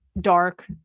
dark